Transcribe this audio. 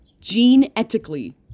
Genetically